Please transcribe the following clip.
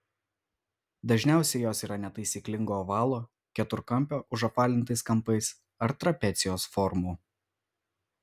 dažniausiai jos yra netaisyklingo ovalo keturkampio užapvalintais kampais ar trapecijos formų